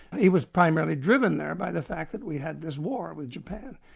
he was primarily driven there by the fact that we had this war with japan,